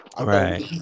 Right